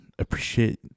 appreciate